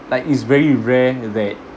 like it's very rare that